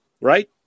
Right